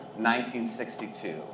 1962